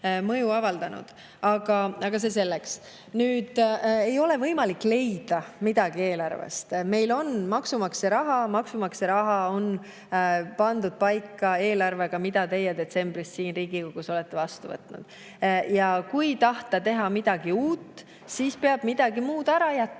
Aga see selleks. Ei ole võimalik leida midagi eelarvest. Meil on maksumaksja raha, maksumaksja raha on pandud paika eelarvega, mille teie detsembris siin Riigikogus vastu võtsite. Ja kui tahta teha midagi uut, siis peab midagi muud ära jätma.